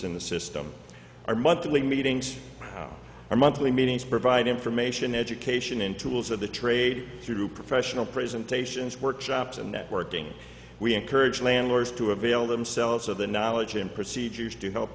in the system our monthly meetings our monthly meetings provide information education and tools of the trade through professional presentations workshops and networking we encourage landlords to avail themselves of the knowledge and procedures to help